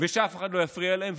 ושאף אחד לא יפריע להם,